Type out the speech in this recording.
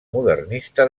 modernista